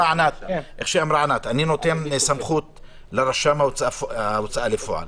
כמו שאמרה ענת, אני נותן סמכות לרשם ההצעה לפועל.